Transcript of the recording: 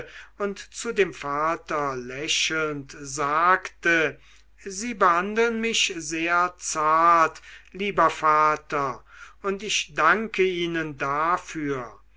und zu dem vater lächelnd sagte sie behandeln mich sehr zart lieber vater und ich danke ihnen dafür